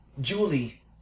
Julie